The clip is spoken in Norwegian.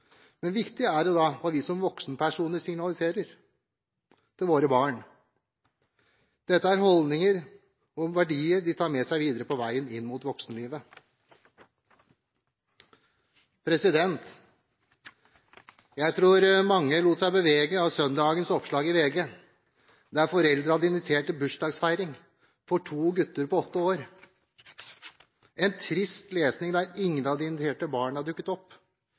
Men viktig er det da hva vi som voksenpersoner signaliserer til våre barn. Dette er holdninger og verdier de tar med seg videre på veien mot voksenlivet. Jeg tror mange lot seg bevege av søndagens oppslag i VG, der foreldre hadde invitert til bursdagsfeiring for to gutter på åtte år, og der ingen av de inviterte barna dukket opp.